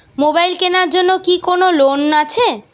Mobile কেনার জন্য কি কোন লোন আছে?